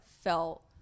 felt